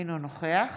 אינו נוכח